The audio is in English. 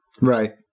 Right